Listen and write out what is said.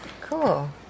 Cool